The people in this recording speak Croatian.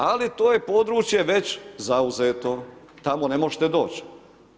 Ali to je područje već zauzeto, tamo ne možete doći.